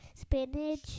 spinach